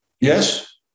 yes